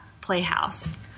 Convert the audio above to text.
playhouse